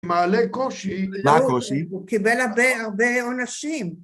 מעלה קושי, מה הקושי? הוא קיבל הרבה, הרבה עונשים.